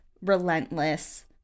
relentless